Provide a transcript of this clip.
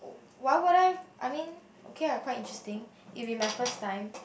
why would I I mean okay ah quite interesting it will be my first time